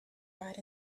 ride